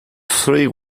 three